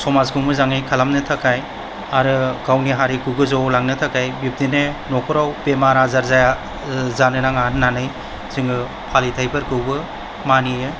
समाजखौ मोजाङै खालामनो थाखाय आरो गावनि हारिखौ गोजौआव लांनो थाखाय बिदिनो नखराव बेमार आजार जाया जानोनांगा होननानै जोङो फालिथाइफोरखौबो मानियो